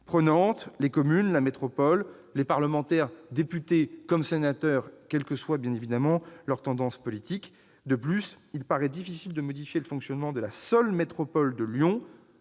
prenantes, les communes, la métropole et les parlementaires, députés comme sénateurs, quelle que soit leur tendance politique. De plus, il paraît difficile de modifier le fonctionnement de la seule métropole de Lyon